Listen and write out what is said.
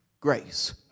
grace